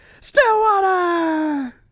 Stillwater